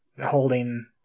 holding